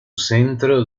centro